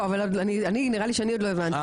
לא אבל אני נראה לי שאני עוד לא הבנתי,